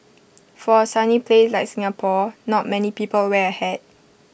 for A sunny place like Singapore not many people wear A hat